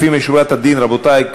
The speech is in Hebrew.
לפנים משורת הדין, רבותי,